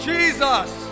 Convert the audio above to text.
Jesus